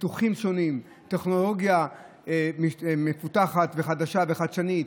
פיתוחים שונים, טכנולוגיה מפותחת, חדשה וחדשנית.